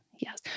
Yes